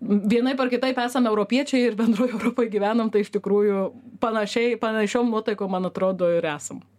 vienaip ar kitaip esam europiečiai ir bendroj europoj gyvenam tai iš tikrųjų panašiai panašiom nuotaikom man atrodo ir esam